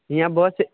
हियाॅं बस